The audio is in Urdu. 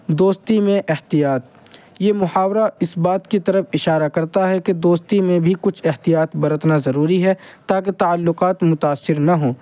دوستی میں احتیاط یہ محاورہ اس بات کی طرف اشارہ کرتا ہے کہ دوستی میں بھی کچھ احتیاط برتنا ضروری ہے تاکہ تعلقات متاثر نہ ہوں